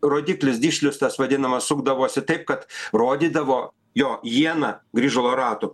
rodiklis dišlius tas vadinamas sukdavosi taip kad rodydavo jo iena grįžulo ratų